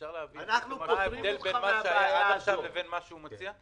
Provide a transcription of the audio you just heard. אפשר להבין מה ההבדל בין מה שהיה עד עכשיו לבין מה שהוא מציע?